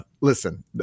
listen